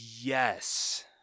Yes